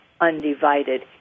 undivided